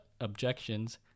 objections